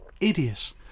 idiot